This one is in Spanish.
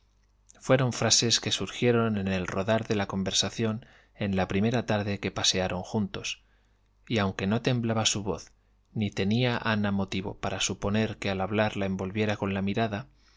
fueron frases que surgieron en el rodar de la conversación en la primera tarde que pasearon juntos y aunque no temblaba su voz ni tenia ana motivo para suponer que al hablar la envolviera con la mirada